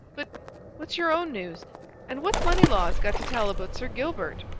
but what's your own news and what's moneylaws got to tell about sir gilbert?